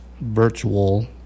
virtual